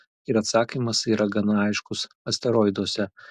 ir atsakymas yra gana aiškus asteroiduose